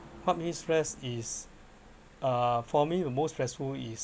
what make me stress is uh for me the most stressful is